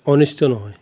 অনিষ্ট নহয়